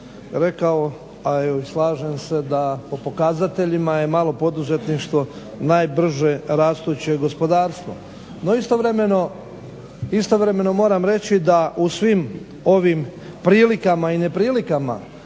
rekao, a slažem se da po pokazateljima je malo poduzetništvo najbrže rastuće gospodarstvo. No, istovremeno moram reći da u svim ovim prilikama i neprilikama,